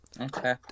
Okay